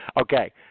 okay